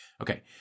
okay